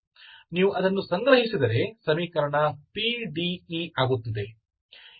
ನೀವು ಅದನ್ನು ಸಂಗ್ರಹಿಸಿದರೆ ಸಮೀಕರಣ PDE ಆಗುತ್ತದೆ